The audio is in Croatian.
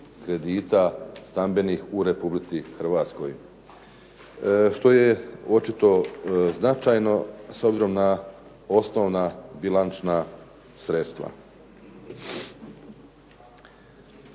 kredita stambenih u Republici Hrvatskoj, što je očito značajno s obzirom na osnovna bilančna sredstva.